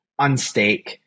unstake